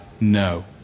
no